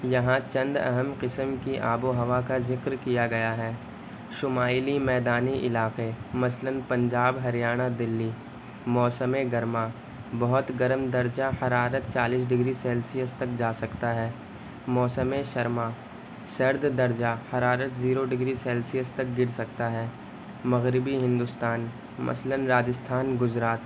یہاں چند اہم قسم کی آب و ہوا کا ذکر کیا گیا ہے شمالی میدانی علاقے مثلاََ پنجاب ہریانہ دہلی موسم گرما بہت گرم درجہ حرارت چالیس ڈگری سیلسیس تک جا سکتا ہے موسم سرما سرد درجہ حرارت زیرو ڈگری سیلسیس تک گر سکتا ہے مغربی ہندوستان مثلاََ راجستھان گجرات